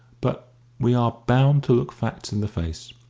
but we are bound to look facts in the face.